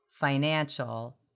financial